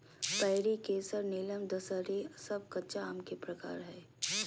पयरी, केसर, नीलम, दशहरी सब कच्चा आम के प्रकार हय